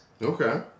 Okay